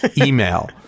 email